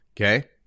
Okay